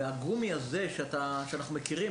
הגומי הזה שאנחנו מכירים,